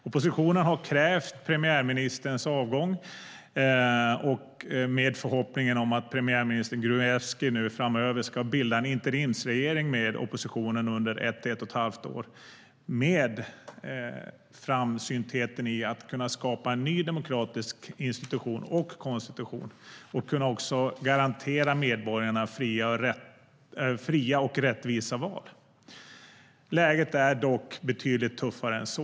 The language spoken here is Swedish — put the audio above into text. Oppositionen har krävt premiärministerns avgång, i förhoppning om att premiärminister Gruevski framöver ska bilda en interimsregering med oppositionen under ett till ett och ett halvt år, med framsyntheten att kunna skapa en ny demokratisk institution och konstitution och också kunna garantera medborgarna fria och rättvisa val. Läget är dock betydligt tuffare än så.